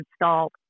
installed